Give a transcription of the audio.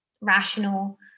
rational